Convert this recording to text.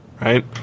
right